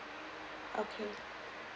okay